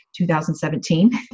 2017